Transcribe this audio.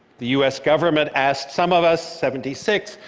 the u s. government asked some of us, seventy six,